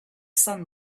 sun